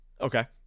okay